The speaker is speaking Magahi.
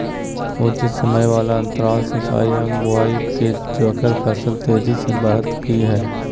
उचित समय वाले अंतराल सिंचाई एवं बुआई के जेकरा से फसल तेजी से बढ़तै कि हेय?